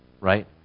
right